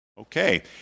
Okay